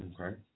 Okay